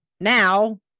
now